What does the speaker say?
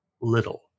little